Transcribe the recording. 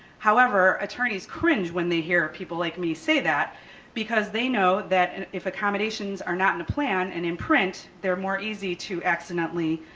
however, attorneys cringe when they hear people like me say that because they know that and if accommodations are not in the plan and in print, they're more easy to accidentally,